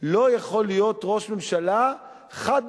לא יכול להיות ראש ממשלה חד-נושאי.